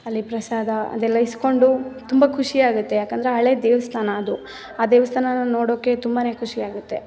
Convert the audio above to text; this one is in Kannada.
ಅಲ್ಲಿ ಪ್ರಸಾದ ಅದೆಲ್ಲ ಇಸ್ಕೊಂಡು ತುಂಬ ಖುಷಿಯಾಗುತ್ತೆ ಏಕಂದ್ರೆ ಹಳೆಯ ದೇವಸ್ಥಾನ ಅದು ಆ ದೇವಸ್ಥಾನಾನ್ನ ನೋಡೋಕ್ಕೆ ತುಂಬಾ ಖುಷಿಯಾಗುತ್ತೆ